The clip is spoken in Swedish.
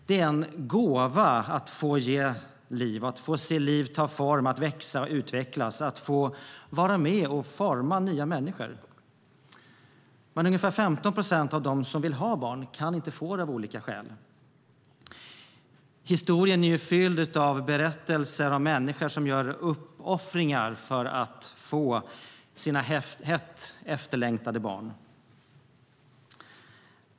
Det är en gåva att få ge liv, att få se liv ta form, växa och utvecklas, att få vara med och forma nya människor. Men ungefär 15 procent av dem som vill ha barn kan inte få det av olika skäl. Historien är fylld av berättelser om människor som gör uppoffringar för att få sina hett efterlängtade barn.